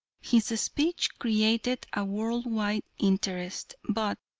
his speech created a world-wide interest, but,